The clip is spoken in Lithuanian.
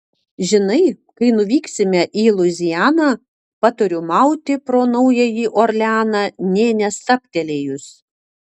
žinai kai nuvyksime į luizianą patariu mauti pro naująjį orleaną nė nestabtelėjus